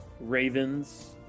Raven's